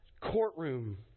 courtroom